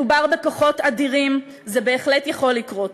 מדובר בכוחות אדירים, זה בהחלט יכול לקרות.